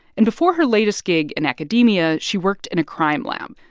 and before her latest gig in academia, she worked in a crime lab.